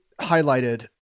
highlighted